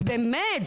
באמת.